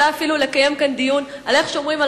אולי אפילו לקיים כאן דיון על איך שומרים על